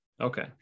Okay